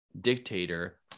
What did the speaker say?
dictator